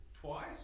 twice